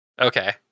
Okay